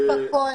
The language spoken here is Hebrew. אוה כהן